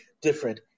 different